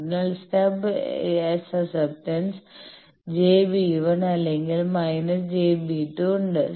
അതിനാൽ stub susceptance j B1 അല്ലെങ്കിൽ minus j B2 ഉണ്ട്